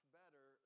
better